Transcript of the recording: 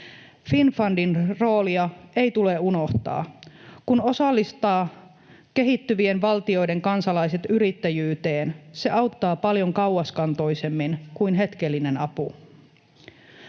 Finnfundin roolia ei tule unohtaa. Kun osallistaa kehittyvien valtioiden kansalaiset yrittäjyyteen, se auttaa paljon kauaskantoisemmin kuin hetkellinen apu.